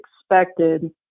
expected